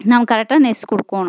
நம்ம கரெக்டாக நெஸ்சு கொடுக்கோணும்